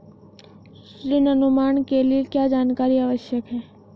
ऋण अनुमान के लिए क्या जानकारी आवश्यक है?